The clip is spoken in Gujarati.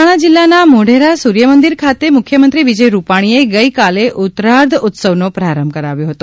મહેસાણા જીલ્લાના મોઢેરા સૂર્યમંદિર ખાતે મુખ્યમંત્રી વિજય રૂપાણીએ ગઇકાલે ઉત્તરાર્ધ ઉત્સવનો પ્રારંભ કરાવ્યો હતો